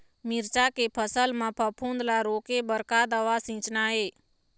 मिरचा के फसल म फफूंद ला रोके बर का दवा सींचना ये?